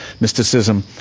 mysticism